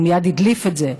הוא מייד הדליף את זה,